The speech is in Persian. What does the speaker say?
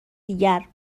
دیگر